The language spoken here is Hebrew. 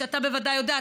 שאתה בוודאי יודע,